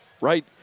right